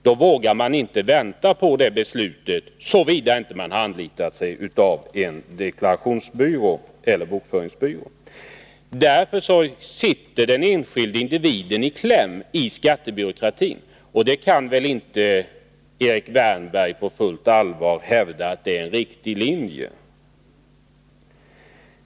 Då vågar vederbörande alltså inte vänta på skattemyndigheternas beslut, såvida inte en deklarationseller bokföringsbyrå anlitas. Den enskilde individen sitter således i kläm i skattebyråkratin. Erik Wärnberg kan väl inte på fullt allvar hävda att detta är en riktig linje.